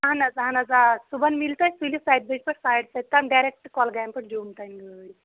اہن حظ اہن حظ آ صُبحن مِلہِ تۄہہِ سُلہِ سَتہِ بَجہِ پٮ۪ٹھ ساڈِ سَتہِ تام ڈیٚریٚکٹ کۄلگامہِ پٮ۪ٹھ جوٚم تانۍ گٲڑۍ